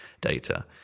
data